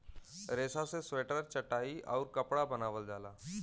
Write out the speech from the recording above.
रेसा से स्वेटर चटाई आउउर कपड़ा बनावल जाला